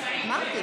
הוראת שעה) (תיקון),